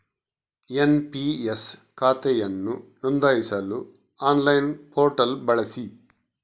NPS ಖಾತೆಯನ್ನು ನೋಂದಾಯಿಸಲು online portal ಬಳಸಿ